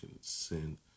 send